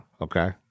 Okay